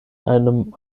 einem